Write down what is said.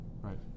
Right